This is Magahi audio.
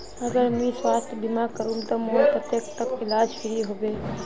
अगर मुई स्वास्थ्य बीमा करूम ते मोर कतेक तक इलाज फ्री होबे?